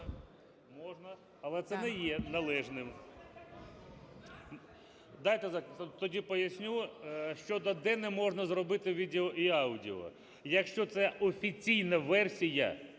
Можна. Але це не є належним. Тоді поясню, щодо де не можна зробити відео і аудіо. Якщо це офіційна версія,